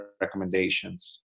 recommendations